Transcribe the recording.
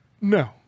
No